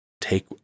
take